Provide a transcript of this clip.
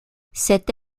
cette